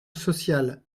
sociale